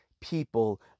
people